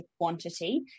quantity